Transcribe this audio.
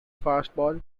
fastball